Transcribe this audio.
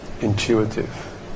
intuitive